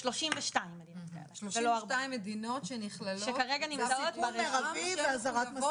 32 מדינות כאלה שכרגע נמצאות ברשימה.